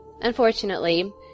Unfortunately